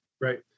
Right